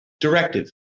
directive